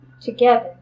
together